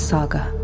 Saga